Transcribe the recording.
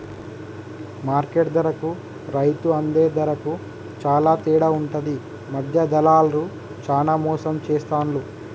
market ధరకు రైతు అందే ధరకు చాల తేడా ఉంటది మధ్య దళార్లు చానా మోసం చేస్తాండ్లు